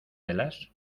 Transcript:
velas